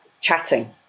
chatting